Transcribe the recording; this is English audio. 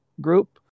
group